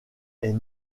est